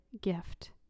gift